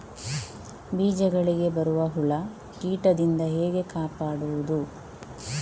ಬೀಜಗಳಿಗೆ ಬರುವ ಹುಳ, ಕೀಟದಿಂದ ಹೇಗೆ ಕಾಪಾಡುವುದು?